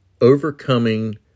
Overcoming